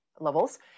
levels